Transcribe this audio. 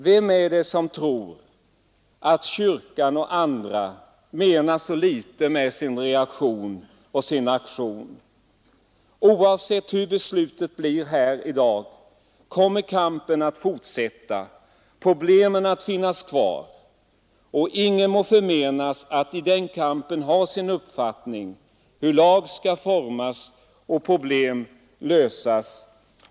Vem är det som tror att kyrkan och andra menar så litet med sin reaktion och sin aktion? Oavsett hur beslutet blir här i dag kommer kampen att fortsätta, problemen att finnas kvar. Ingen må förmenas att i den kampen ha sin uppfattning om hur lag skall formas och problem skall lösas.